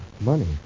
Money